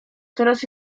teraz